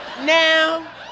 Now